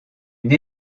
une